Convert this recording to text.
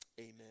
Amen